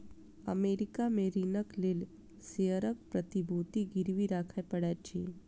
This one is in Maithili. अमेरिका में ऋणक लेल शेयरक प्रतिभूति गिरवी राखय पड़ैत अछि